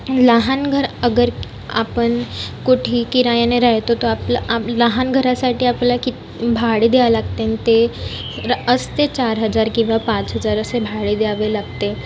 लहान घर अगर आपण कुठे किरायाने राहतो तर लहान घरासाठी किती आपल्याला भाडे द्यावे लागते ते असते चार हजार किंवा पाच हजार असे भाडे द्यावे लागते